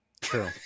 True